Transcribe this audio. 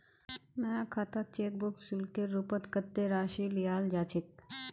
नया खातात cheque book शुल्केर रूपत कत्ते राशि लियाल जा छेक